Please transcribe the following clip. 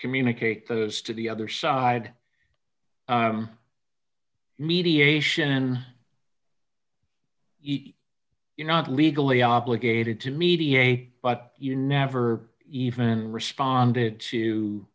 communicate those to the other side mediation eat you're not legally obligated to mediate but you never even responded to